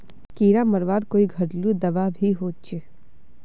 कीड़ा मरवार कोई घरेलू दाबा भी होचए?